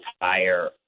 higher